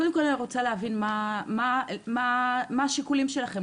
קודם כל אני רוצה להבין מה השיקולים שלכן,